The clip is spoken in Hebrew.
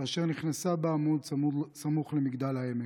כאשר נכנסה בעמוד סמוך למגדל העמק.